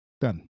Done